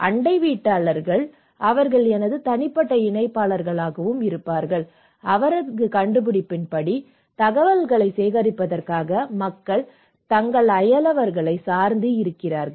அண்டைவீட்டாளர்கள் அவர்கள் எனது தனிப்பட்ட இணைப்பாளரும் அவரது கண்டுபிடிப்பின் படி தகவல்களைச் சேகரிப்பதற்காக மக்கள் தங்கள் அயலவர்களைச் சார்ந்து இருக்கிறார்கள்